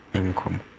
income